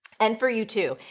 and for you, too.